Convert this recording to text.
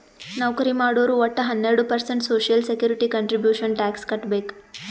ನೌಕರಿ ಮಾಡೋರು ವಟ್ಟ ಹನ್ನೆರಡು percent social security contribution tax ಕಟ್ಬೇಕ್